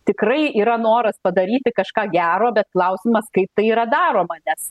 tikrai yra noras padaryti kažką gero bet klausimas kaip tai yra daroma nes